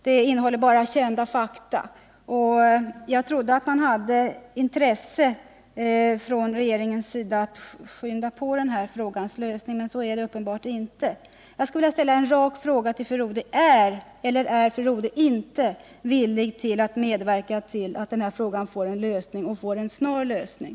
Det innehåller bara kända fakta. Jag trodde att regeringen hade intresse av att påskynda frågans lösning, men så förhåller det sig uppenbarligen inte. Jag skulle vilja ställa en rak fråga till fru Rodhe: Är eller är inte fru Rodhe villig att medverka till att den här frågan får en snar lösning?